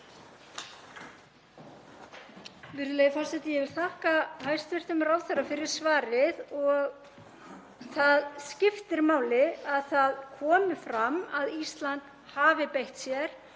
Virðulegi forseti. Ég vil þakka hæstv. ráðherra fyrir svarið. Það skiptir máli að það komi fram að Ísland hafi beitt sér